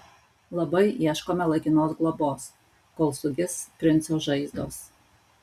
labai ieškome laikinos globos kol sugis princo žaizdos